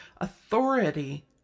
authority